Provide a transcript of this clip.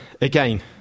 Again